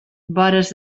vores